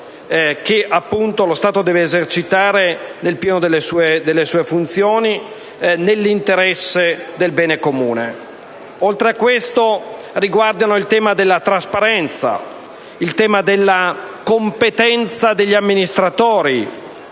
che lo Stato deve esercitare, nel pieno delle sue funzioni, in vista del bene comune. Oltre a questo, le mozioni riguardano il tema della trasparenza, della competenza degli amministratori